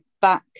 back